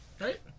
Right